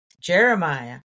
Jeremiah